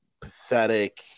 pathetic